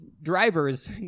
Drivers